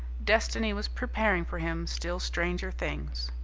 destiny was preparing for him still stranger things.